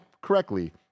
correctly